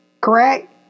Correct